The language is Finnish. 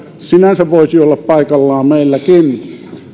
sinänsä voisi olla paikallaan meilläkin